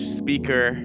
speaker